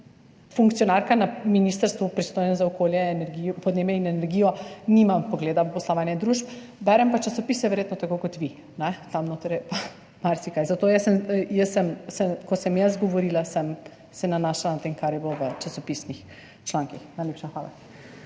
funkcionarka na ministrstvu, pristojnem za okolje, podnebje in energijo, nimam vpogleda v poslovanje družb, berem pa časopise, verjetno tako kot vi, tam notri je pa marsikaj, zato sem se, ko sem govorila, nanašala na to, kar je bilo v časopisnih člankih. Najlepša hvala.